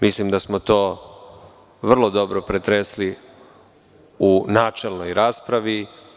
Mislim da smo to vrlo dobro pretresli u načelnoj raspravi.